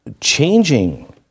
changing